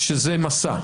שזה 'מסע'.